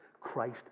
Christ